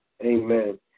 amen